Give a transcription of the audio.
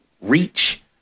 reach